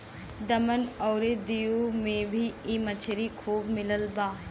दमन अउरी दीव में भी इ मछरी खूब मिलत बा